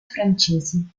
francesi